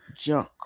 junk